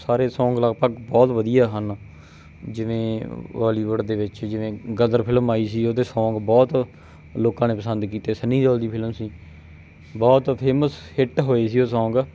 ਸਾਰੇ ਸੌਂਗ ਲਗਭਗ ਬਹੁਤ ਵਧੀਆ ਹਨ ਜਿਵੇਂ ਬੋਲੀਵੁੱਡ ਦੇ ਵਿੱਚ ਜਿਵੇਂ ਗਦਰ ਫਿਲਮ ਆਈ ਸੀ ਉਹਦੇ ਸੌਂਗ ਬਹੁਤ ਲੋਕਾਂ ਨੇ ਪਸੰਦ ਕੀਤੇ ਸਨੀ ਦਿਓਲ ਦੀ ਫਿਲਮ ਸੀ ਬਹੁਤ ਫੇਮਸ ਹਿਟ ਹੋਏ ਸੀ ਉਹ ਸੌਂਗ